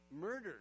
murdered